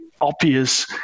obvious